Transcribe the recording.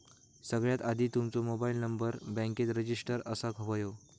सगळ्यात आधी तुमचो मोबाईल नंबर बॅन्केत रजिस्टर असाक व्हयो